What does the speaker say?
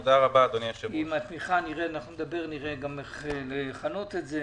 נראה גם איך לכנות את זה.